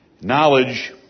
knowledge